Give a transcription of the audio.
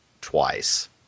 twice